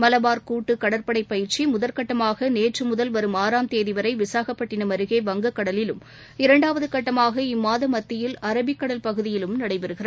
மலபார் கூட்டு கடற்படை பயிற்சி முதல் கட்டமாக நேற்று முதல் வரும் ஆறாம் தேதி வரை விசாகப்பட்டினம் அருகே வங்கக் கடலிலும் இரண்டாவது கட்டமாக இம்மாத மத்தியில் அரபிக் கடல் பகுதியிலும் நடைபெறுகிறது